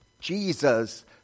Jesus